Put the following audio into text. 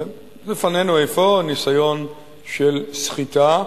לפנינו אפוא ניסיון של סחיטה,